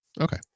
Okay